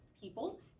people